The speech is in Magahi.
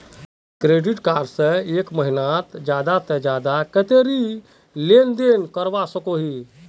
क्रेडिट कार्ड से एक महीनात ज्यादा से ज्यादा कतेरी लेन देन करवा सकोहो ही?